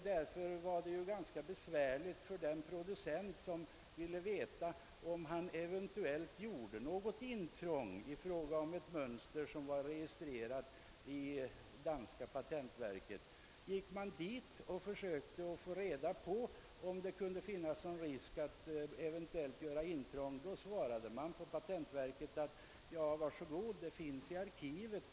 Därför var det ganska besvärligt för en producent som ville veta om han eventuellt gjorde något intrång i ett mönster som redan var registrerat hos det danska patentverket. Gick han dit och försökte få reda på om det kunde finnas någon risk för intrång, fick han svaret: »Var så god, handlingarna finns i arkivet.